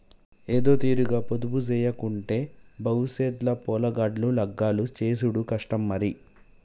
ఏదోతీరుగ పొదుపుజేయకుంటే బవుసెత్ ల పొలగాండ్ల లగ్గాలు జేసుడు కష్టం మరి